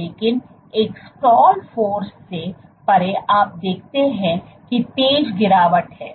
लेकिन एक stall force से परे आप देखते हैं कि तेज गिरावट है